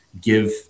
give